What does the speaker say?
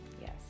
Yes